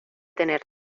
tener